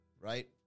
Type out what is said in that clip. right